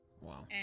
wow